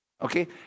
Okay